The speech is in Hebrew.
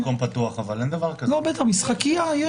בגן ציבורי?